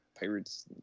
pirates